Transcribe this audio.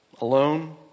alone